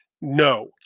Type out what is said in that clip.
No